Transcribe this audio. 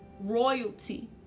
royalty